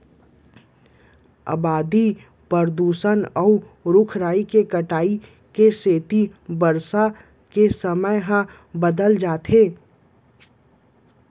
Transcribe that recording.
अबादी, परदूसन, अउ रूख राई के कटाई के सेती बरसा के समे ह बदलत जात हे